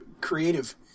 creative